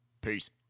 Peace